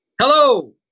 Hello